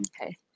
Okay